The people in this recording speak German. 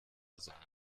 sein